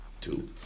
two